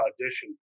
audition